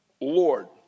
Lord